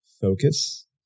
focus